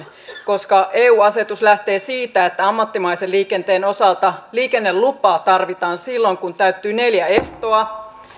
koska eu asetus lähtee siitä että ammattimaisen liikenteen osalta liikennelupaa tarvitaan silloin kun täyttyy neljä ehtoa